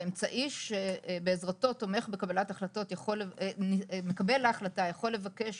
האמצעי שבעזרתו מקבל ההחלטה יכול לבקש